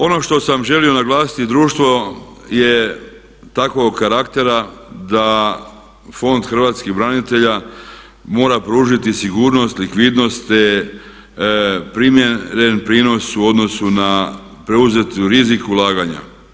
Ono što sam želio naglasiti društvo je takvog karaktera da Fond hrvatskih branitelja mora pružiti sigurnost, likvidnost, te primjeren prinos u odnosu na preuzeti rizik ulaganja.